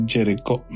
Jericho